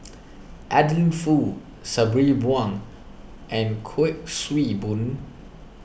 Adeline Foo Sabri Buang and Kuik Swee Boon